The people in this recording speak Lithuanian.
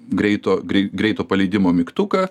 greito grei greito paleidimo mygtuką